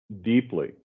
deeply